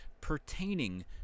pertaining